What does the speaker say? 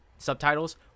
subtitles